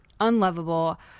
unlovable